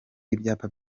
ibyapa